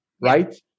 right